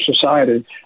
society